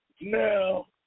Now